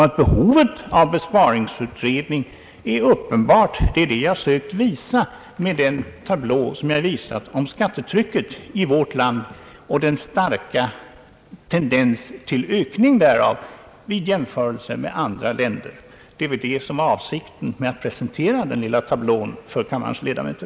Att behovet av en besparingsutredning är uppenbart har jag sökt visa med min tablå om skattetrycket i vårt land och den starka tendens till ökning av detta vid en jämförelse med andra länder. Det var det som var avsikten med att presentera denna lilla tablå för kammarens ledamöter.